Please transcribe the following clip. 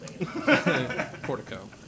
Portico